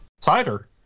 Cider